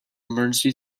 emergency